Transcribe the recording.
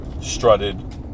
strutted